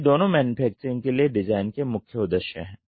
तो ये दोनों मैन्युफैक्चरिंग के लिए डिज़ाइन के मुख्य उद्देश्य हैं